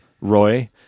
Roy